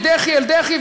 מדחי אל דחי,